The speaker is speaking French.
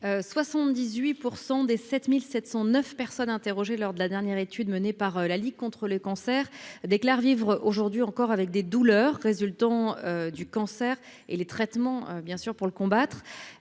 % des 7709 personnes interrogées lors de la dernière étude menée par la Ligue contre le cancer, déclare vivre aujourd'hui encore avec des douleurs résultant du cancer et les traitements bien sûr pour le combattre,